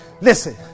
Listen